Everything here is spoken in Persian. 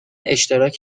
اشتراک